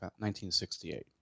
1968